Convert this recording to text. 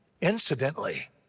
Incidentally